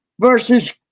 versus